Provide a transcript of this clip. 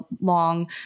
long